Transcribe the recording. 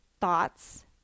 thoughts